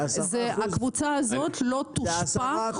זה 10%. הקבוצה הזאת לא תושפע